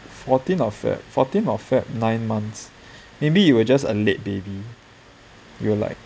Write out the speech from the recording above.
fourteen of feb fourteen of feb nine months maybe you were just a late baby you were like